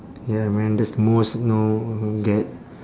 ya man that's the most you know get